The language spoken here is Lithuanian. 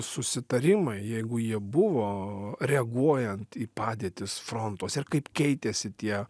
susitarimai jeigu jie buvo reaguojant į padėtis frontuose ir kaip keitėsi tie